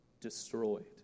destroyed